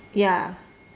ya